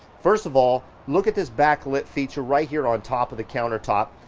first of all, look at this backlit feature right here on top of the countertop.